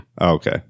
Okay